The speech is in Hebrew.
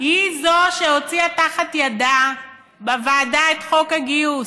היא שהוציאה תחת ידה בוועדה את חוק הגיוס,